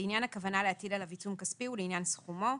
לעניין הכוונה להטיל עלי עיצום כספי ולעניין סכומו,